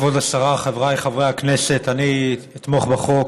כבוד השרה, חבריי חברי הכנסת, אני אתמוך בחוק.